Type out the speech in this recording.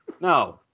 No